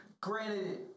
Granted